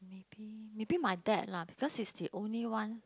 maybe maybe my dad lah because he's the only one